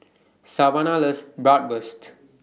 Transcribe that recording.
Savanna loves Bratwurst